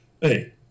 hey